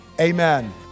amen